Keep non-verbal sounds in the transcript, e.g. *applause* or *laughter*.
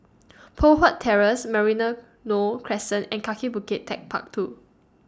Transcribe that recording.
Poh Huat Terrace *unintelligible* Crescent and Kaki Bukit Techpark two